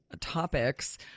topics